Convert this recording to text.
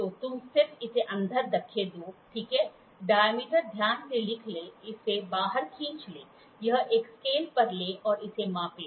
तो तुम सिर्फ इसे अंदर धक्का देदो ठीक है डायमीटर ध्यान से लिख लें इसे बाहर खींच लें यह एक स्केल पर ले और इसे मापें